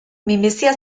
minbizia